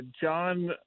John